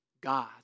God